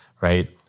right